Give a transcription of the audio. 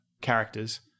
characters